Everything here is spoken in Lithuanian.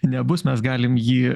nebus mes galim jį